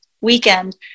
weekend